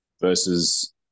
versus